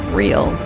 real